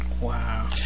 Wow